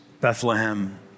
Bethlehem